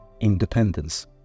independence